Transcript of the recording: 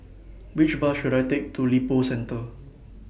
Which Bus should I Take to Lippo Centre